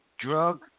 drug